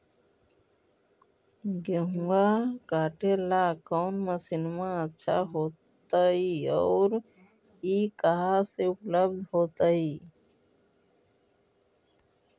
गेहुआ काटेला कौन मशीनमा अच्छा होतई और ई कहा से उपल्ब्ध होतई?